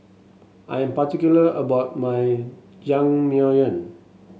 I am particular about my